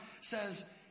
says